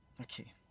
Okay